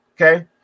Okay